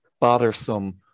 bothersome